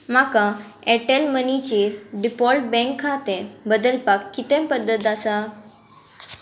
म्हाका ऍरटॅल मनीचेर default bank खातें बदलपाक कितें पद्दत आसा